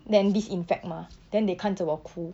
then disinfect mah then they 看着我哭